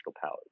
powers